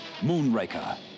Moonraker